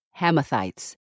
Hamathites